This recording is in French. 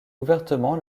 ouvertement